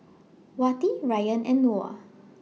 Wati Ryan and Noah